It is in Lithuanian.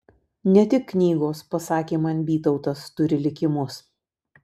ne tik knygos pasakė man bytautas turi likimus